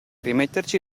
rimetterci